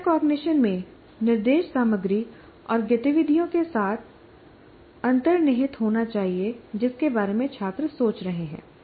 metacognition में निर्देश सामग्री और गतिविधियों के साथ अंतर्निहित होना चाहिए जिसके बारे में छात्र सोच रहे हैं